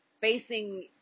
facing